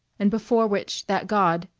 and before which that god,